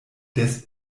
des